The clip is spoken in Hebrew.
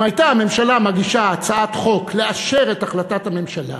אם הייתה הממשלה מגישה הצעת חוק לאשר את החלטת הממשלה,